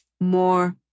more